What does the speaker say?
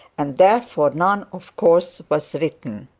and, therefore, none of course was written.